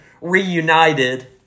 reunited